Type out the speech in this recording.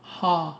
ha